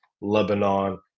Lebanon